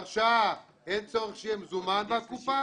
הרשאה, אין צורך שיהיה מזומן בתקופה,